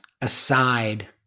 aside